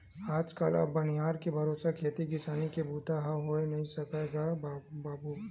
आज कल अब बनिहार के भरोसा खेती किसानी के बूता ह होय नइ सकय गा बाबूय